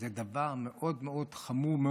שזה דבר מאוד מאוד חמור,